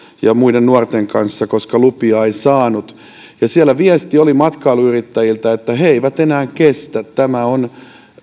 muiden nuorten kanssa koska lupia ei saanut siellä viesti oli matkailuyrittäjiltä että he eivät enää kestä tämä on